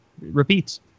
repeats